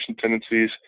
tendencies